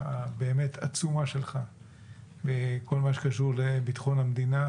העצומה שלך לכל מה שקשור לביטחון המדינה,